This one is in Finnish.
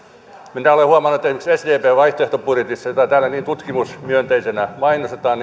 minä olen huomannut että esimerkiksi sdpn vaihtoehtobudjetissa jota täällä niin tutkimusmyönteisenä mainostetaan